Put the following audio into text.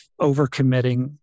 overcommitting